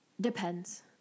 Depends